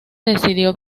decidió